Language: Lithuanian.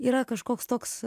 yra kažkoks toks